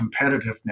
competitiveness